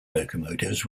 locomotives